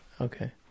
Okay